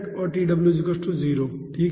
और K ठीक है